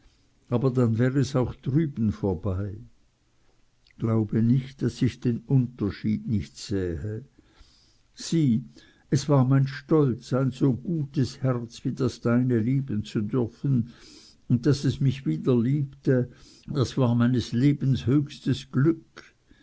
aber dann wär es auch drüben vorbei glaube nicht daß ich den unterschied nicht sähe sieh es war mein stolz ein so gutes herz wie das deine lieben zu dürfen und daß es mich wiederliebte das war meines lebens höchstes glück